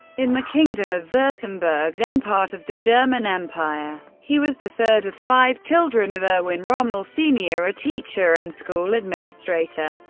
in the kingdom of wurttemberg, then part of the german empire. he was the third of five children of erwin rommel senior, a teacher and school administrator,